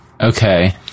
Okay